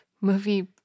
Movie